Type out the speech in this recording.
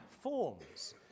forms